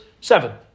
Seven